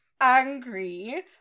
angry